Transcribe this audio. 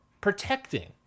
protecting